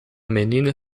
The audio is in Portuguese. menina